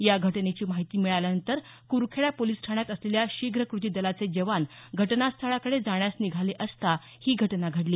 या घटनेची माहिती मिळाल्यानंतर कुरखेडा पोलिस ठाण्यात असलेल्या शीघ्र कृती दलाचे जवान घटनास्थळाकडे जाण्यास निघाले असता ही घटना घडली